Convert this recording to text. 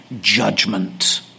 judgment